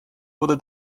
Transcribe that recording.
wurde